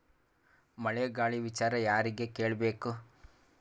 ಮಳೆ ಗಾಳಿ ವಿಚಾರ ಯಾರಿಗೆ ಕೇಳ್ ಬೇಕು?